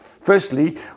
Firstly